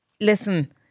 listen